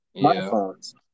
microphones